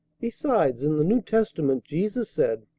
besides, in the new testament, jesus said,